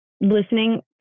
listening